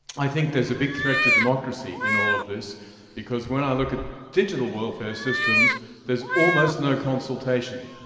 i think there's a bit threat to democracy in all of this because when i look at digital welfare systems there's almost no consultation.